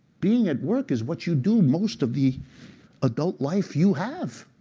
being at work is what you do most of the adult life you have,